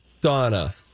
Donna